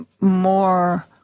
more